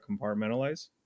compartmentalize